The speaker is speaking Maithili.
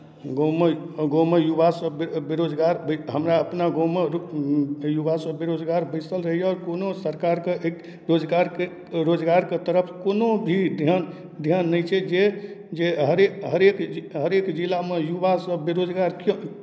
गाँवमे गाँवमे युवासभ बे बेरोजगार बै हमरा अपना गाँवमे युवासभ बेरोजगार बैसल रहैए कोनो सरकारके एहि रोजगारके रोजगारके तरफ कोनो भी ध्यान ध्यान नहि छै जे जे हरेक हरेक हरेक जिलामे युवासभ बेरोजगार किए